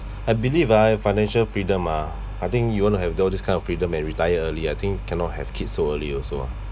I believe ah financial freedom ah I think you want to have all this kind of freedom and retire early I think cannot have kids so early also ah